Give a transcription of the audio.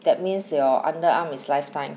that means your underarm is lifetime